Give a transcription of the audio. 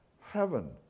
Heaven